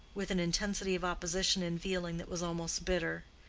with an intensity of opposition in feeling that was almost bitter.